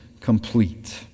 complete